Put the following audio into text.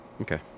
Okay